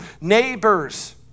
neighbors